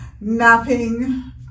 napping